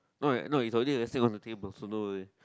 no no it's already at let's say on the table so don't worry